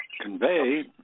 convey